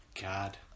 God